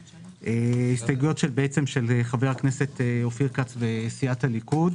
הסתייגויות של חבר הכנסת אופיר כץ וסיעת הליכוד: